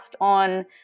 on